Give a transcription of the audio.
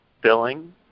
billing